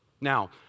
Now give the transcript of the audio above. Now